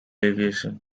aviation